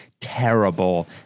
terrible